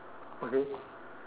okay